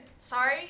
Sorry